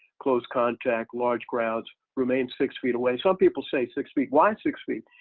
close contact large crowds. remain six feet away. some people say six feet, why six feet?